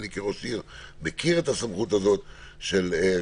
אני כראש עיר מכיר את הסמכות הזאת של רווחה,